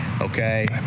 okay